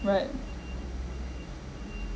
right